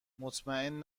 مطمئن